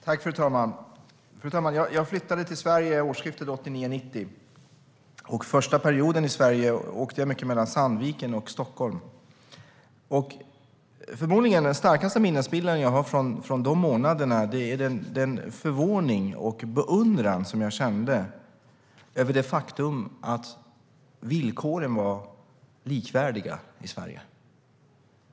Fru talman! Jag flyttade till Sverige i årsskiftet 1989/90. Första perioden i Sverige åkte jag mycket mellan Sandviken och Stockholm. Den förmodligen starkaste minnesbilden som jag har från dessa månader är den förvåning och beundran som jag kände över det faktum att villkoren var likvärdiga i Sverige.